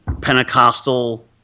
Pentecostal